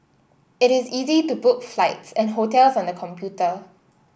it is easy to book flights and hotels on the computer